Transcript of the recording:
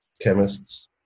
chemists